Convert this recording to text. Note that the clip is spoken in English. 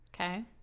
Okay